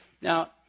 Now